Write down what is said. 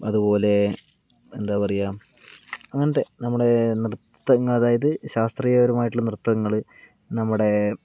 അതുപോലെ എന്താ പറയുക അങ്ങനത്തെ നമ്മുടെ ന്യത്തം അതായത് ശാസ്ത്രീയ പരമായിട്ടുള്ള നൃത്തങ്ങള് നമ്മുടേ